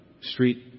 street